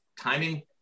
timing